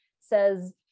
says